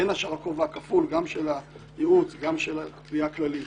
בין השאר הכובע הכפול גם של הייעוץ וגם של התביעה הכללית.